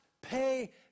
pay